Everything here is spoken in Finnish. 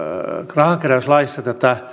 rahankeräyslaissa